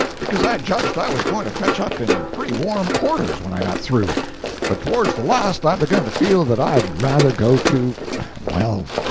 because i judged i was going to fetch up in pretty warm quarters when i got through but towards the last i begun to feel that i'd rather go to well,